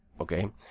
okay